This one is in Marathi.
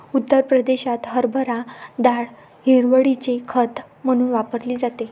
उत्तर प्रदेशात हरभरा डाळ हिरवळीचे खत म्हणून वापरली जाते